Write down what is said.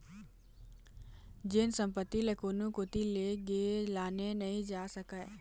जेन संपत्ति ल कोनो कोती लेगे लाने नइ जा सकय